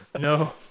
No